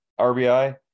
RBI